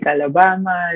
Alabama